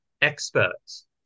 experts